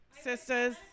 sisters